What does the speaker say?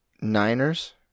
Niners